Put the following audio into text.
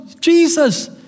Jesus